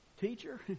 teacher